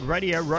Radio